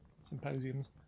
symposiums